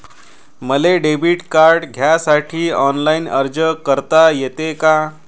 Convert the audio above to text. मले debit card घ्यासाठी online अर्ज करता येते का?